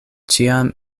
ĉiam